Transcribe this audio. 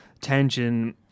tension